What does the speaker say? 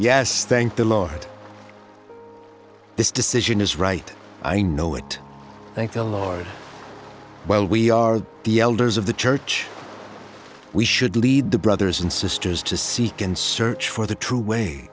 yes thank the lord this decision is right i know it thank the lord well we are the elders of the church we should lead the brothers and sisters to seek and search for the true way